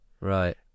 Right